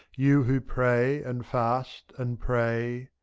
you who pray and fast and pray